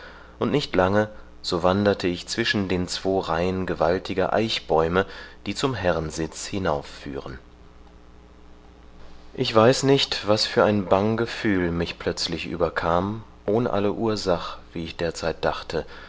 und nicht lange so wanderte ich zwischen den zwo reihen gewaltiger eichbäume die zum herrensitz hinaufführen ich weiß nicht was für ein bang gefühl mich plötzlich überkam ohn alle ursach wie ich derzeit dachte